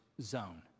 zone